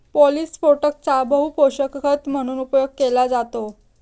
पॉलिफोस्फेटचा बहुपोषक खत म्हणून उपयोग केला जातो